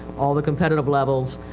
all the competitive levels,